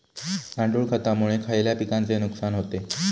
गांडूळ खतामुळे खयल्या पिकांचे नुकसान होते?